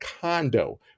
condo